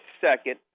second